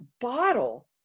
bottle